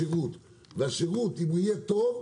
השרה נשארת רק בשבילך,